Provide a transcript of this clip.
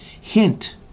hint